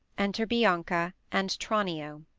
enter byancha and tranio.